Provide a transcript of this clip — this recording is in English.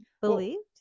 believed